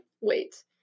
wait